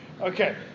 Okay